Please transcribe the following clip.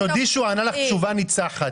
תודי שהוא ענה לך תשובה ניצחת.